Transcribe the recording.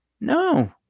No